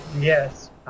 Yes